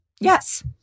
Yes